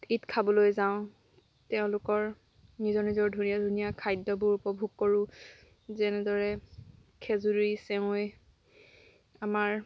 ঈদ খাবলৈ যাওঁ তেওঁলোকৰ নিজৰ নিজৰ ধুনীয়া ধুনীয়া খাদ্যবোৰ উপভোগ কৰোঁ যেনেদৰে খেজুৰী চেঁৱৈ আমাৰ